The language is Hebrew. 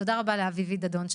תודה רבה לאביבית דדון,